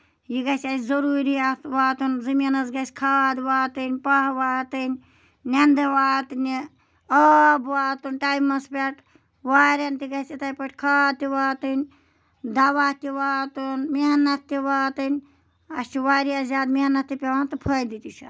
یہِ گژھِ اَسہِ ضروٗری اَتھ وَتُن زٔمیٖنَس گژھِ کھاد واتٕنۍ پہہ واتٕنۍ نیٚندٕ واتنہِ آب واتُن ٹایمَس پٮ۪ٹھ وارین تہِ گژھِ یِتھٕے پٲتھۍ کھاد تہِ واتٕنۍ دوا تہِ واتُن محنت تہِ واتٕنۍ اَسہِ چھُ واریاہ زیادٕ محنت تہِ پیوان تہٕ فٲیدٕ تہِ چھُ آسان